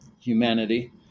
humanity